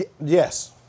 yes